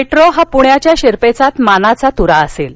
metro हा पुण्याच्या शिरपेचात मानाचा तुरा असेल